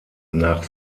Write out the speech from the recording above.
nach